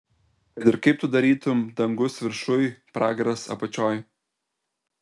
kad ir kaip tu darytum dangus viršuj pragaras apačioj